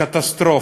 קטסטרופה.